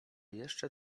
jeszcze